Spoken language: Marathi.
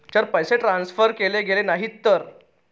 जर पैसे ट्रान्सफर केले गेले नाही तर?